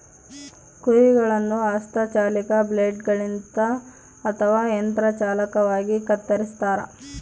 ಕುರಿಗಳನ್ನು ಹಸ್ತ ಚಾಲಿತ ಬ್ಲೇಡ್ ಗಳಿಂದ ಅಥವಾ ಯಂತ್ರ ಚಾಲಿತವಾಗಿ ಕತ್ತರಿಸ್ತಾರ